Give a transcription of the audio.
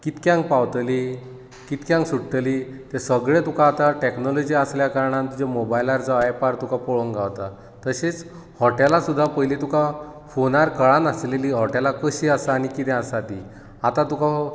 कितल्यांक पावतली कितल्यांक सुटतली तें सगळें तुकां आतां टॅक्नोलोजी आसल्या कारणान तुज्या मोबायलार जावं एपार तुका पळोवंक गांवता तशींच हॉटेलां सुद्दां पयलीं तुका फोनार कळनासलीं हॉटेलां कशी आसा आनी कितें आसां तीं आतां तुकां